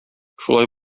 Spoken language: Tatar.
шулай